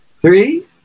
Three